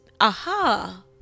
aha